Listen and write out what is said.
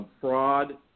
fraud